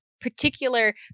particular